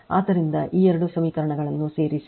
ಆದ್ದರಿಂದ ಈ ಎರಡು ಸಮೀಕರಣಗಳನ್ನು ಸೇರಿಸಿ